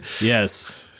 Yes